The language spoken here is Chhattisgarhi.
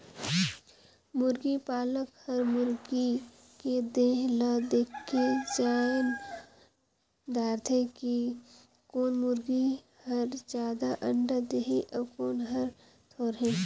मुरगी पालक हर मुरगी के देह ल देखके जायन दारथे कि कोन मुरगी हर जादा अंडा देहि अउ कोन हर थोरहें